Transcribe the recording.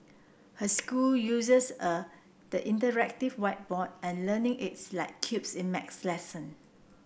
her school uses a the interactive whiteboard and learning aids like cubes in maths lesson